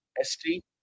ST